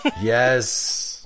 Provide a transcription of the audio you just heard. Yes